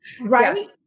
right